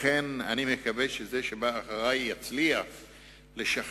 לכן, אני מקווה שמי שיבוא אחרי יצליח לשכנע